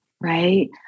right